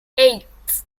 eight